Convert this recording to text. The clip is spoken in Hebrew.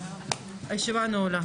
הישיבה נעולה.